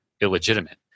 illegitimate